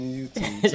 YouTube